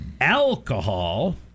alcohol